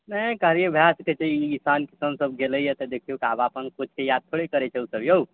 नहि कहलिए भए सकैत छै ई ईशान किशनसभ गेलय है तऽ देखिऔ आबऽ अपन कोचके याद थोड़े करय छै ओसभ यौ